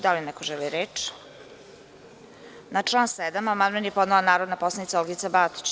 Da li neko želi reč? (Ne) Na član 7. amandman je podnela narodna poslanica Olgica Batić.